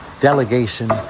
delegation